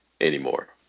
anymore